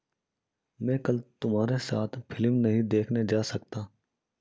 मैं कल तुम्हारे साथ फिल्म नहीं देखने जा सकता